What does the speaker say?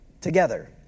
together